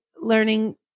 learning